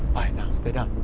right now stay down